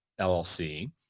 LLC